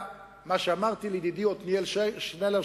מה שאמרתי לידידי עתניאל שנלר,